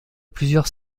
plusieurs